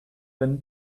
been